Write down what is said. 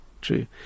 True